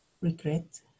regret